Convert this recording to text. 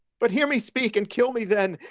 but hear me speak, and kill me then,